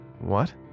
What